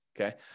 Okay